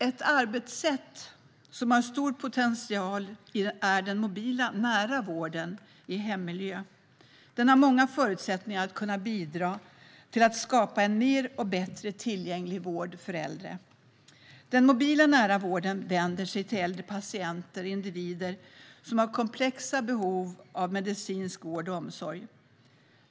Ett arbetssätt som har stor potential är den mobila nära vården i hemmiljö. Den har många förutsättningar att kunna bidra till att skapa en mer tillgänglig och bättre vård för äldre. Den mobila nära vården vänder sig till äldre patienter och individer som har komplexa behov av medicinsk vård och omsorg.